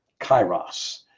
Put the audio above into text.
Kairos